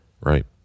right